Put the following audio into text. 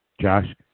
Josh